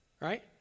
Right